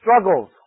struggles